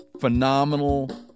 phenomenal